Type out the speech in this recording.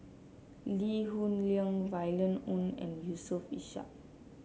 Lee Hoon Leong Violet Oon and Yusof Ishak